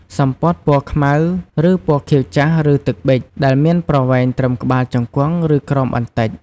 សំពត់ពណ៌ខ្មៅ ឬពណ៌ខៀវចាស់ ឬ ទឹកប៊ិច ដែលមានប្រវែងត្រឹមក្បាលជង្គង់ ឬក្រោមបន្តិច។